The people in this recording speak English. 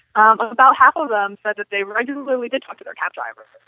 um about half of them said that they regularly did talk to their cab drivers